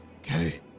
Okay